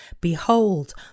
Behold